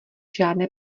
žádné